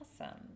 Awesome